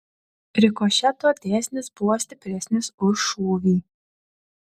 rikošeto dėsnis buvo stipresnis už šūvį